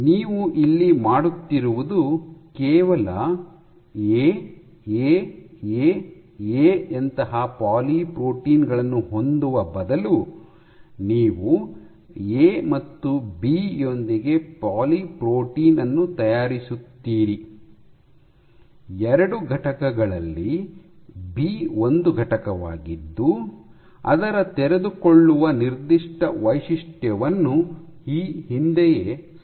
ನೀವು ಇಲ್ಲಿ ಮಾಡುತ್ತಿರುವುದು ಕೇವಲ ಎ ಎ ಎ ಎ ಯಂತಹ ಪಾಲಿ ಪ್ರೋಟೀನ್ ಗಳನ್ನು ಹೊಂದುವ ಬದಲು ನೀವು ಎ ಮತ್ತು ಬಿ ಯೊಂದಿಗೆ ಪಾಲಿ ಪ್ರೋಟೀನ್ ಅನ್ನು ತಯಾರಿಸುತ್ತೀರಿ ಎರಡು ಘಟಕಗಳಲ್ಲಿ ಬಿ ಒಂದು ಘಟಕವಾಗಿದ್ದು ಅದರ ತೆರೆದುಕೊಳ್ಳುವ ನಿರ್ದಿಷ್ಟ ವೈಶಿಷ್ಟ್ಯವನ್ನು ಈ ಹಿಂದೆಯೇ ಸ್ಥಾಪಿಸಲಾಗಿದೆ